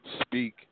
speak